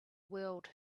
world